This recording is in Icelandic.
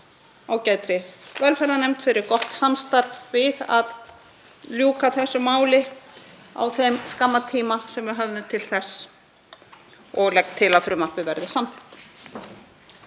ágætri velferðarnefnd fyrir gott samstarf við að ljúka þessu máli á þeim skamma tíma sem við höfðum til þess og legg til að frumvarpið verði samþykkt.